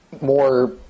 more